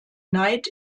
neid